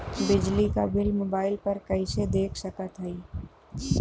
बिजली क bill mobile पर कईसे देख सकत हई?